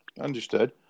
Understood